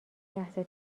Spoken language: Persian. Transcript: لحظه